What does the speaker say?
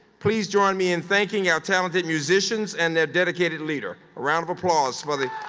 please join me in thanking our talented musicians and their dedicated leader. a round of applause for the